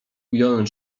ująłem